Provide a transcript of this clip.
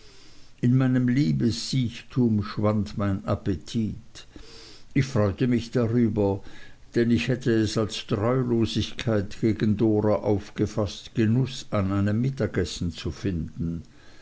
in meinem liebessiechtum schwand mein appetit ich freute mich darüber denn ich hätte es als treulosigkeit gegen dora aufgefaßt genuß an einem mittagessen zu finden